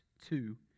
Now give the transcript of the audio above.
two